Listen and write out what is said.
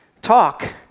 talk